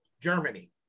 Germany